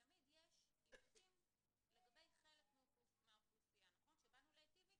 תמיד יש עיוותים לגבי חלק מהאוכלוסיה שבאנו להיטיב איתה.